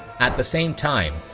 at the same time,